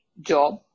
job